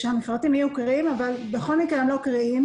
שהמפרטים יהיו קריאים כי בכל מקרה הם לא קריאים.